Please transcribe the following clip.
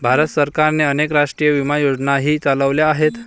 भारत सरकारने अनेक राष्ट्रीय विमा योजनाही चालवल्या आहेत